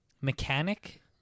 mechanic